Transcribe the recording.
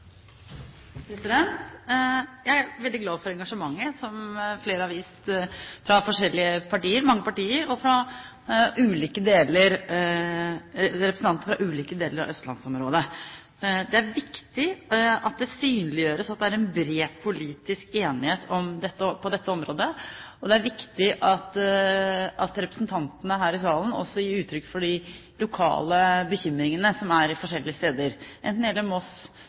transportsektoren. Jeg er veldig glad for engasjementet som flere har vist – fra mange partier og representanter fra ulike deler av østlandsområdet. Det er viktig at det synliggjøres at det er en bred politisk enighet på dette området, og det er viktig at representantene her i salen også gir uttrykk for de lokale bekymringene som er de forskjellige steder – enten det gjelder Moss,